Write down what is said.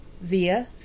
via